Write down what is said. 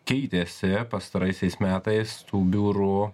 keitėsi pastaraisiais metais tų biurų